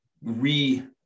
re